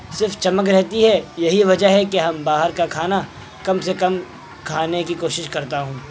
صرف چمک رہتی ہے یہی وجہ ہے کہ ہم باہر کا کھانا کم سے کم کھانے کی کوشش کرتا ہوں